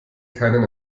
keinen